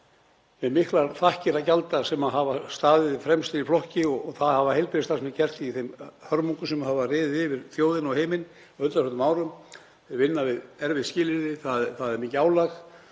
þeim miklar þakkir að gjalda sem hafa staðið fremstir í flokki og það hafa heilbrigðisstarfsmenn gert í þeim hörmungum sem hafa riðið yfir þjóðina og heiminn á undanförnum árum. Þeir vinna við erfið skilyrði og það er mikið álag.